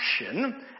action